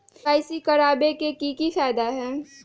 KYC करवाबे के कि फायदा है?